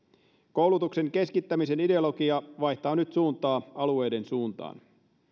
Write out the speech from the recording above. koulutuksen keskittämisen ideologia vaihtaa nyt suuntaa alueiden suuntaan